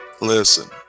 listen